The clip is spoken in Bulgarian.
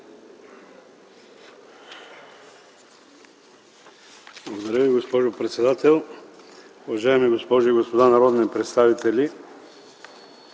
Благодаря, госпожо председател. Уважаеми госпожи и господа народни представители!